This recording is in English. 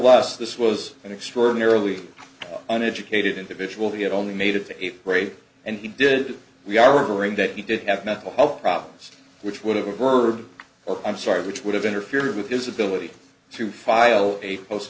us this was an extraordinarily an educated individual he had only made it the eighth grade and he did we are learning that he did have mental health problems which would have occurred or i'm sorry which would have interfered with his ability to file a post